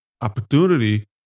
opportunity